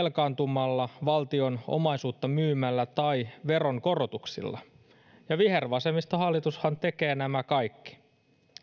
velkaantumalla valtion omaisuutta myymällä tai veronkorotuksilla ja vihervasemmistohallitushan tekee nämä kaikki